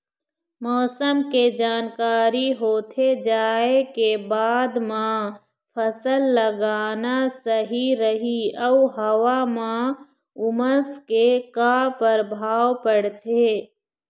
मौसम के जानकारी होथे जाए के बाद मा फसल लगाना सही रही अऊ हवा मा उमस के का परभाव पड़थे?